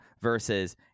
versus